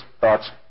thoughts